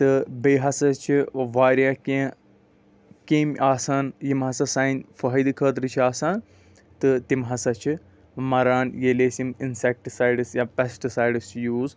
تہٕ بیٚیہ ہسا چھُ واریاہ کیٚنٛہہ کیٚمۍ آسان یِم ہسا سٲنہِ فٲیدٕ خٲطرٕ چھِ آسان تہٕ تِم ہسا چھِ مَران ییٚلہِ أسۍ یِم انسیکٹسایڈٕس پیسٹ سایڈٕس چھِ یوٗز کَران